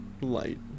light